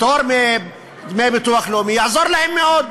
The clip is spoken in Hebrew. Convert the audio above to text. פטור מדמי ביטוח לאומי, יעזור להם מאוד.